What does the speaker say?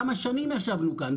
כמה שנים ישבנו כאן?